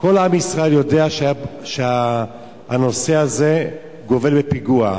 כל עם ישראל יודע שהנושא הזה גובל בפיגוע,